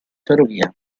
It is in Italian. ferrovia